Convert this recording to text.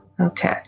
Okay